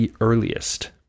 earliest